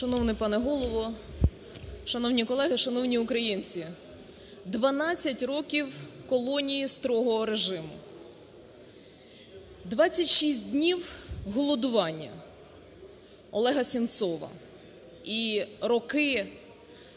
Шановний пане голово, шановні колеги, шановні українці! 12 років колонії строгого режиму. 26 днів голодування Олега Сенцова і роки